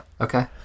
okay